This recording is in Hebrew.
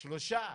שלושה,